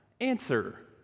Answer